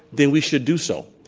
then we should do so.